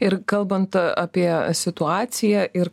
ir kalbant apie situaciją ir